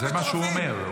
זה מה שהוא אומר.